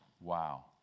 Wow